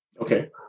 Okay